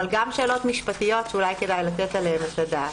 אבל גם שאלות משפטיות שאולי כדאי לתת עליהן את הדעת.